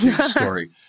story